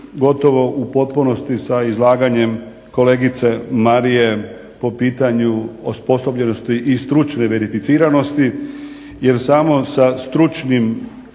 Hvala vam.